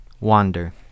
Wander